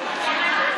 למה תשובה בלבד?